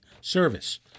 service